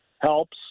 helps